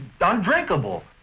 undrinkable